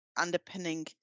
underpinning